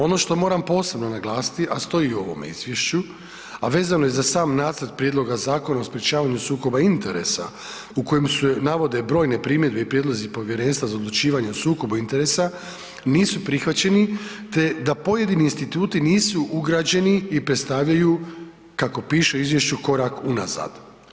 Ono što moram posebno naglasiti, a stoji u ovome izvješću, a vezano je za sam nacrt prijedloga Zakona o sprječavanju sukoba interesa u kojem su je navode brojne primjedbe i prijedlozi Povjerenstva za odlučivanje o sukobu interesa, nisu prihvaćeni te da pojedini instituti nisu ugrađeni i predstavljaju, kako piše u izvješću korak unazad.